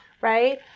Right